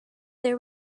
there